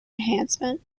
enhancement